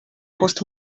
post